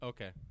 Okay